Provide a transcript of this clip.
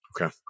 Okay